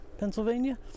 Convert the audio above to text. Pennsylvania